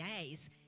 days